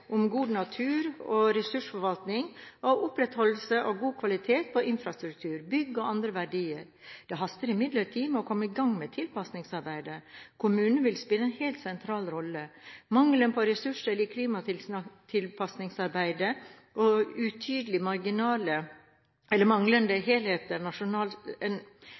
om god natur- og ressursforvaltning og opprettholdelse av god kvalitet på infrastruktur, bygg og andre verdier. Det haster imidlertid med å komme i gang med tilpasningsarbeidet. Kommunene vil spille en helt sentral rolle. Mangelen på ressurser i klimatilpasningsarbeidet og utydelig eller manglende helhetlig nasjonal